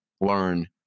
learn